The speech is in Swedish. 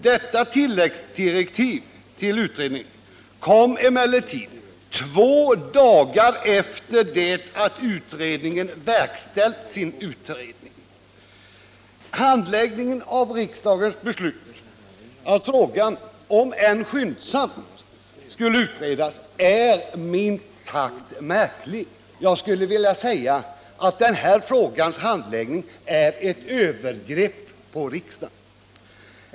Detta tilläggsdirektiv till utredningen kom emellertid två dagar efter det att utredningen hade verkställt sin utredning. Handläggningen av riksdagens beslut att frågan skyndsamt skulle utredas är minst sagt märklig. Den är ett övergrepp på riksdagen.